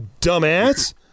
dumbass